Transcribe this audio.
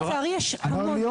לצעיר יש המון.